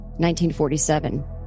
1947